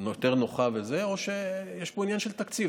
יותר נוחה או שיש פה עניין של תקציב.